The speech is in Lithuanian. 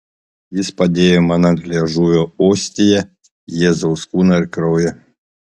jis padėjo man ant liežuvio ostiją jėzaus kūną ir kraują